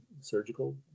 surgical